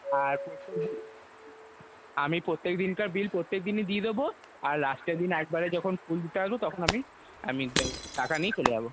আর প্রত্যেকদিন আমি প্রত্যেকদিনকার বিল প্রত্যেকদিনই দিয়ে দেব আর লাস্টের দিন একবারে যখন ফুল দিতে আসব তখন আমি আমি টাকা নিয়ে চলে যাব